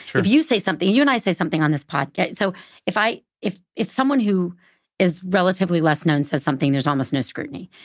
sure. if you say something, you and i say something on this podcast, so if if if someone who is relatively less known says something, there's almost no scrutiny.